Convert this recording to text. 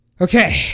Okay